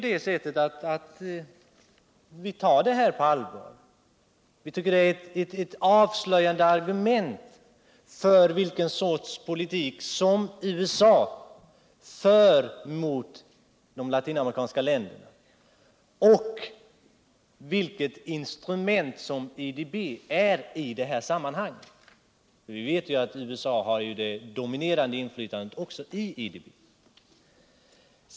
Vi tycker att det är avslöjande argument för vilken sorts politik som USA för mot de latinamerikanska länderna och vilket instrument som IDB är i det sammanhanget. Vi vet ju att USA har det dominerande inflytandet i IDB.